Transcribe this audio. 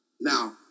Now